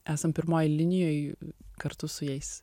esam pirmoj linijoj kartu su jais